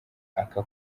aka